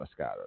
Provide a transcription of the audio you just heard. Moscato